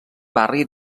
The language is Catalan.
barri